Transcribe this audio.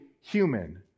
human